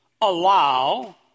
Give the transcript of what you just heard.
allow